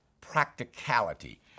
practicality